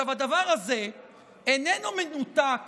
הדבר הזה איננו מנותק